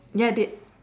ya they